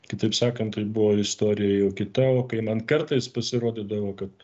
kitaip sakant tai buvo istorija jau kita o kai man kartais pasirodydavo kad